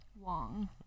Wong